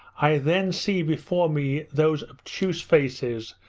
i then see before me those obtuse faces,